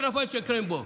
כנפיים של קרמבו.